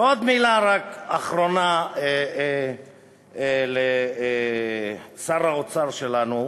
ורק עוד מילה אחרונה לשר האוצר שלנו,